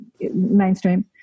mainstream